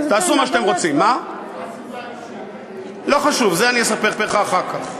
לא חשוב, את זה אני אספר לך אחר כך.